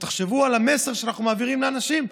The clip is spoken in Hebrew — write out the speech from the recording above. תחשבו על המסר שאנחנו מעבירים לאנשים: